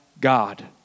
God